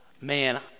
man